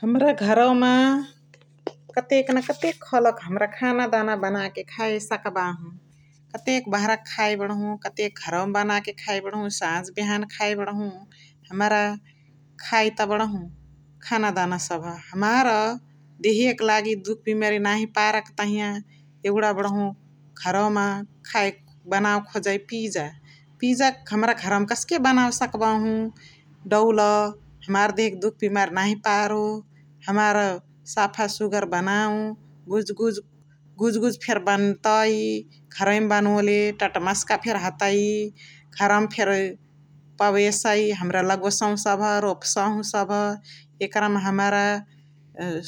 हमरा घरौ मा कतेक न कतेक खलका खानादाना बना के खइ सकबहु । कतेक बहरा क खाइ बणहु कतेक घरौ मा बना के खाइ बणहु साझ्बिहान खाइ बणहु । हमरा खाइ त बणहु खानादाना सभ हमरा देहिया क लागि बिमारिया नाही पार के तहिया यगुणा बणहु घरौमा खाइ के बनावे खोजइ पिज्जा । पिज्जा के हमरा घरौ कस्के बनाउ के सकबहु दौल हमार देहिया के दुख्बिमारी नाही पारो । हमरा साफा सुगर बनाउ गुज्गुज फेरी बन्तइ घरही मा बनोले टमस्का फेर हतइ घरौमा फेर पवेसइ हमरा लगोसहु सभ रोसहु सभ एकरमा हमरा